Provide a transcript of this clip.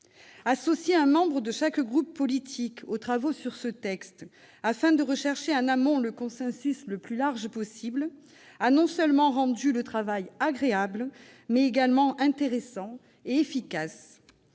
Associer un membre de chaque groupe politique aux travaux sur ce texte, afin de rechercher, en amont, le consensus le plus large possible, a rendu notre travail non seulement agréable, mais également intéressant et efficace.